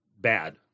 bad